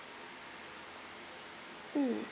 mm